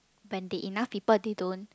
when they enough people they don't